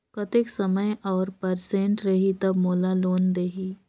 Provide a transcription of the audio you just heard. कतेक समय और परसेंट रही तब मोला लोन देही?